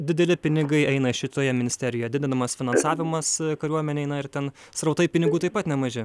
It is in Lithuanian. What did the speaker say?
dideli pinigai eina šitoje ministerijoje didinamas finansavimas kariuomenei na ir ten srautai pinigų taip pat nemaži